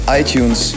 iTunes